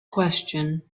question